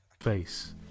face